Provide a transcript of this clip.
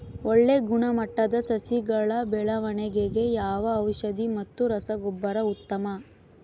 ಒಳ್ಳೆ ಗುಣಮಟ್ಟದ ಸಸಿಗಳ ಬೆಳವಣೆಗೆಗೆ ಯಾವ ಔಷಧಿ ಮತ್ತು ರಸಗೊಬ್ಬರ ಉತ್ತಮ?